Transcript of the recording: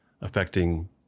affecting